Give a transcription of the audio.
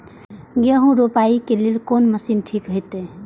गेहूं रोपाई के लेल कोन मशीन ठीक होते?